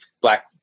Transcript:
black